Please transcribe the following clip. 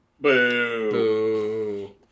boo